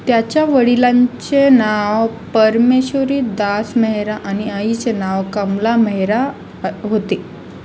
त्याच्या वडिलांचे नाव परमेश्वरी दास मेहेरा आणि आईचे नाव कमला मेहेरा अ होते